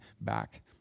back